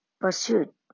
pursuit